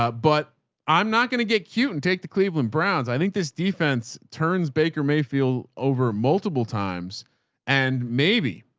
but i'm not going to get cute and take the cleveland browns. i think this defense turns baker mayfield over multiple times and maybe,